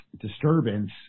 disturbance